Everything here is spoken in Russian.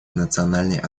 национальной